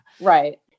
Right